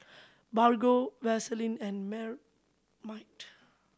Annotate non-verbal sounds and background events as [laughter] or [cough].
Bargo Vaseline and [unintelligible]